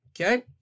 okay